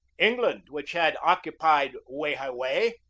england, which had occupied wei-hai-wei,